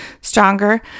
stronger